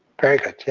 very good,